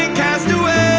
cast away